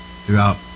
throughout